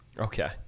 Okay